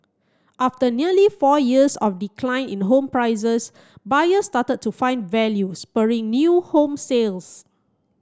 after nearly four years of decline in home prices buyers started to find value spurring new home sales